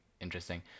interesting